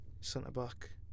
centre-back